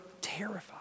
terrified